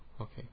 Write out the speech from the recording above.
okay